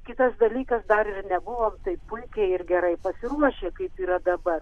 kitas dalykas dar ir nebuvom taip puikiai ir gerai pasiruošę kaip yra dabar